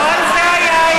לא על זה היו האי-אמון.